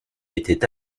étaient